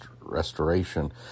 restoration